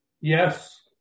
Yes